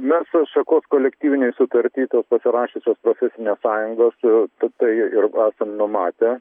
mes šakos kolektyvinėj sutarty pasirašiusios profesinės sąjungos a ta tai ir esam numatę